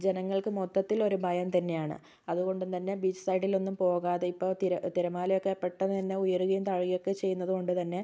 ജനങ്ങൾക്ക് മൊത്തത്തിലൊരു ഭയം തന്നെയാണ് അതുകൊണ്ടും തന്നെ ബീച്ച് സൈഡിലൊന്നും പോകാതെ ഇപ്പോൾ തിര തിരമാലയൊക്കെ പെട്ടെന്നുതന്നെ ഉയരുകയും താഴുകയും ഒക്കെ ചെയ്യുന്നത് കൊണ്ട് തന്നെ